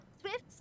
Swift